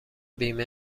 بیمه